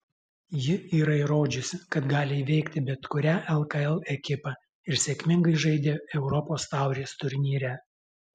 ji yra įrodžiusi kad gali įveikti bet kurią lkl ekipą ir sėkmingai žaidė europos taurės turnyre